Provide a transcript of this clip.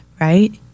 right